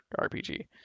RPG